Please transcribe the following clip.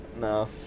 No